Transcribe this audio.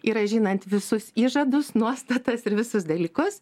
yra žinant visus įžadus nuostatas ir visus dalykus